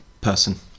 person